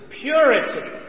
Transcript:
purity